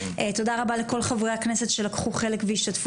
תודה רבה לכל חברי הכנסת שלקחו חלק והשתתפו.